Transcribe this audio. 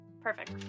Perfect